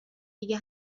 دیگه